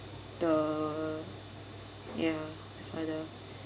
the ya the father